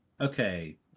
okay